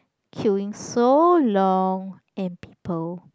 queuing so long and people